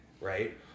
Right